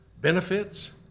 benefits